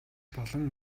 болон